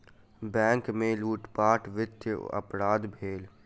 bank में लूटपाट वित्तीय अपराध भेल